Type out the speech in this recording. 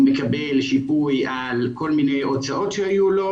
הוא מקבל שיפוי על כל מיני הוצאות שהיו לו,